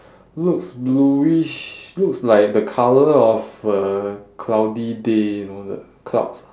looks bluish looks like the colour of a cloudy day you know the clouds